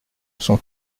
son